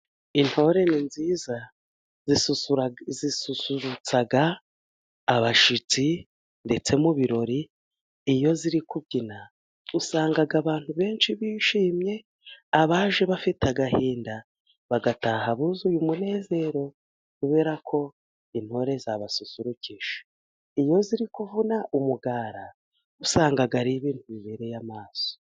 Intore ni nziza zisusurutsa abashyitsi ndetse mu birori iyo ziri kubyina usanga abantu benshi bishimye abaje bafite agahinda bagataha buzuye umunezero kubera ko intore zabasusurukije. Iyo ziri kuvuna umugara usanga ari ibintu bibereye amaso.